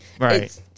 Right